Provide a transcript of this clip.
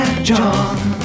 John